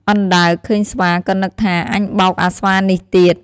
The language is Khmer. អណ្ដើកឃើញស្វា ក៏នឹកថា "អញបោកអាស្វានេះទៀត"